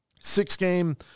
six-game